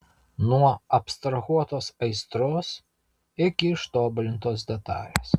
nuo abstrahuotos aistros iki ištobulintos detalės